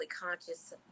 conscious